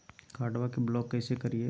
कार्डबा के ब्लॉक कैसे करिए?